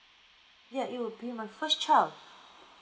ya it will be my first child